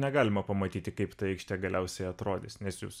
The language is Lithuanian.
negalima pamatyti kaip ta aikštė galiausiai atrodys nes jūs